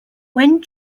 when